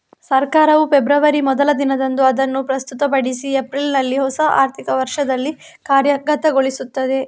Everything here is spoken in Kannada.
ಸರ್ಕಾರವು ಫೆಬ್ರವರಿ ಮೊದಲ ದಿನದಂದು ಅದನ್ನು ಪ್ರಸ್ತುತಪಡಿಸಿ ಏಪ್ರಿಲಿನಲ್ಲಿ ಹೊಸ ಆರ್ಥಿಕ ವರ್ಷದಲ್ಲಿ ಕಾರ್ಯಗತಗೊಳಿಸ್ತದೆ